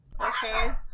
Okay